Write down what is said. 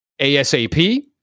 ASAP